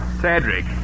Cedric